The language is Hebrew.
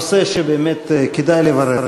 לא, אבל זה נושא שבאמת כדאי לברר.